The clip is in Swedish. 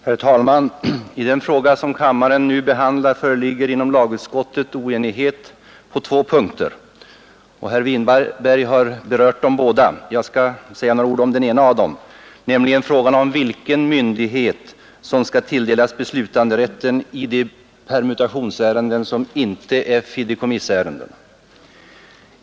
Herr talman! I den fråga som kammaren nu behandlar föreligger inom lagutskottet oenighet på två punkter. Herr Winberg har berört båda dessa punkter, och jag vill säga några ord om den ena av dem, nämligen frågan om vilken myndighet som skall tilldelas beslutanderätten i de permutationsärenden som inte är fideikommissärenden.